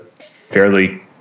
fairly